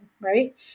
right